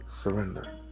surrender